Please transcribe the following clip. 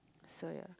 so ya